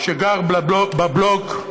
שגר בבלוק,